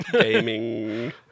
gaming